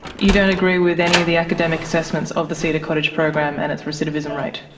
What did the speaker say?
you don't agree with any of the academic assessments of the cedar cottage program and its recidivism rate?